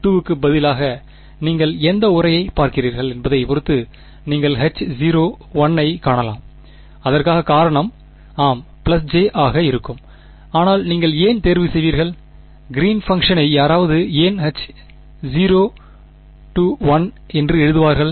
H0 க்கு பதிலாக நீங்கள் எந்த உரையைப் பார்க்கிறீர்கள் என்பதைப் பொறுத்து நீங்கள் H0 ஐக் காணலாம் அதற்கான காரணம் ஆம் j ஆக இருக்கும் ஆனால் நீங்கள் ஏன் தேர்வு செய்வீர்கள் கிறீன் பங்ஷனை யாராவது ஏன் H0 என்று எழுதுவார்கள்